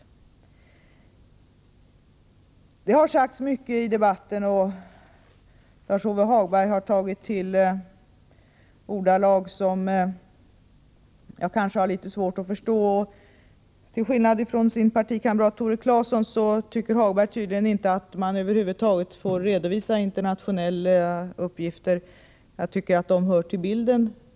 Det har sagts mycket i debatten. Lars-Ove Hagberg har tagit till ordalag som jag har litet svårt att förstå. Till skillnad från sin partikamrat Tore Claeson tycker Hagberg tydligen inte att man över huvud taget får redovisa internationella uppgifter. Jag tycker att de hör till bilden.